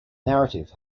narrative